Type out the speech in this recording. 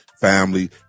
family